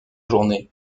journée